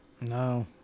No